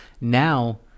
Now